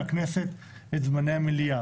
מהכנסת את זמני המליאה.